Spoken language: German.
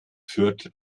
fürth